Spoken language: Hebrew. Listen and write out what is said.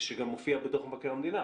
ושגם מופיע בדוח מבקר המדינה,